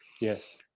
Yes